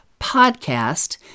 PODCAST